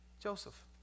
Joseph